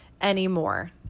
anymore